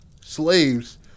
slaves